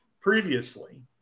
previously